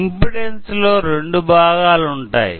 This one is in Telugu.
ఇమ్పెడన్స్ లో రెండు భాగాలు ఉంటాయి